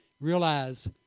realize